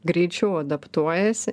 greičiau adaptuojasi